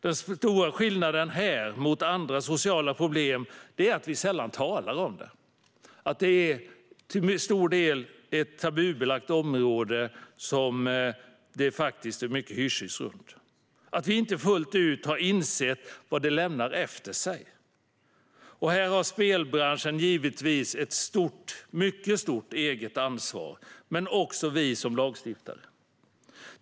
Den stora skillnaden jämfört med andra sociala problem är att vi sällan talar om det. Det är till stor del ett tabubelagt område som det faktiskt är mycket hysch-hysch runt. Vi har inte fullt ut insett vad det lämnar efter sig. Här har spelbranschen givetvis ett mycket stort eget ansvar, men också vi som lagstiftare.